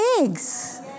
eggs